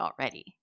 already